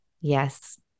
Yes